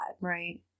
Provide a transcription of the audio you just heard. Right